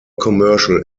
commercial